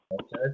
Okay